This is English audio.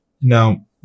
Now